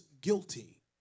guilty